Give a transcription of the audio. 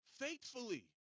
faithfully